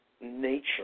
nature